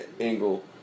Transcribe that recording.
angle